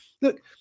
Look